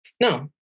No